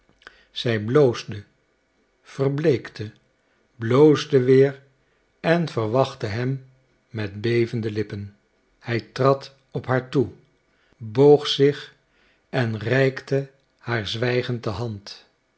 zij bloosde verbleekte bloosde weer en verwachtte hem met bevende lippen hij trad op haar toe boog zich en reikte haar zwijgend de hand